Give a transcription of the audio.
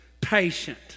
patient